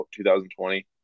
2020